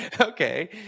Okay